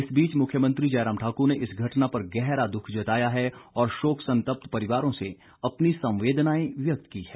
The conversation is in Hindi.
इस बीच मुख्यमंत्री जयराम ठाकुर ने इस घटना पर गहरा दुख जताया है और शोक संतप्त परिवारों से अपनी संवेदनाएं व्यक्त की है